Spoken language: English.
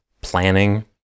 planning